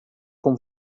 com